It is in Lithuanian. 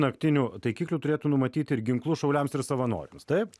naktinių taikiklių turėtų numatyt ir ginklus šauliams ir savanoriams taip